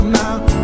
now